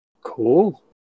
cool